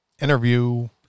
interview